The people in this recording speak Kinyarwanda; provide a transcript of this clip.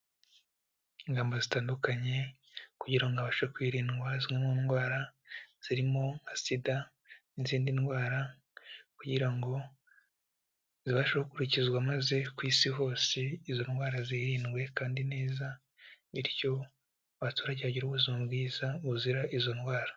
Ingamba zitandukanye kugira ngo abashe kwirindwa zimwe mu ndwara zirimo nka sida n'izindi ndwara kugira ngo zibashe gukurikizwa maze ku isi hose izo ndwara zirindwe kandi neza bityo abaturage bagire ubuzima bwiza buzira izo ndwara.